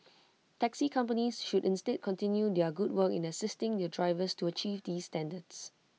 taxi companies should instead continue their good work in assisting their drivers to achieve these standards